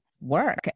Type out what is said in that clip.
work